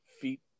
feet